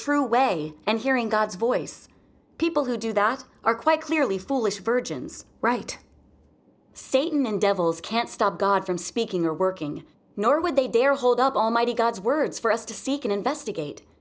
true way and hearing god's voice people who do that are quite clearly foolish virgins right satan and devils can't stop god from speaking or working nor would they dare hold up almighty god's words for us to seek and investigate